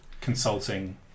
consulting